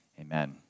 Amen